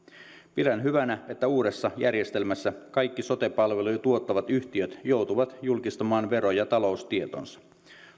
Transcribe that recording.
pidän hyvänä että uudessa järjestelmässä kaikki sote palveluja tuottavat yhtiöt joutuvat julkistamaan vero ja taloustietonsa